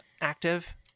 active